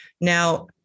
Now